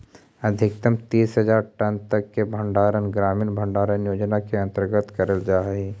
अधिकतम तीस हज़ार टन तक के भंडारण ग्रामीण भंडारण योजना के अंतर्गत करल जा हई